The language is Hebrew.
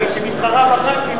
כי היא מתחרה בח"כים,